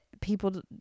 people